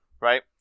right